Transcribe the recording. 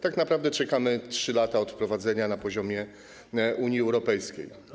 Tak naprawdę czekamy 3 lata od wprowadzenia na poziomie Unii Europejskiej.